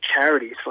charities